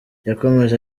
yakomeje